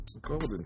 Golden